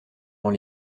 dans